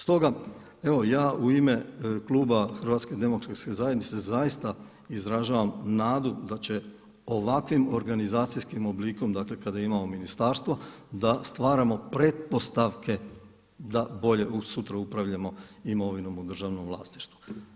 Stoga evo ja u ime kluba HDZ-a zaista izražavam nadu da će ovakvim organizacijskim oblikom kada imamo ministarstvo da stvaramo pretpostavke da bolje sutra upravljamo imovinom u državnom vlasništvu.